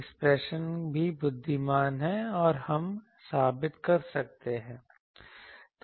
expression भी बुद्धिमान है हम यह साबित कर सकते थे